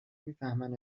میفهمن